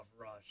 Rush